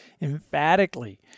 emphatically